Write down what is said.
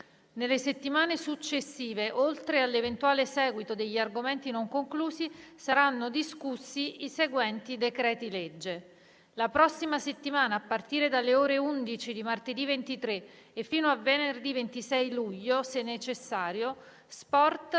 Nelle settimane successive, oltre all'eventuale seguito degli argomenti non conclusi, saranno discussi i seguenti decreti-legge: la prossima settimana, a partire dalle ore 11 di martedì 23 e fino a venerdì 26 luglio, se necessario: sport,